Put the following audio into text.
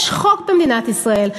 יש חוק במדינת ישראל,